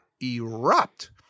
erupt